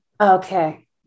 Okay